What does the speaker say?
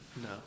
No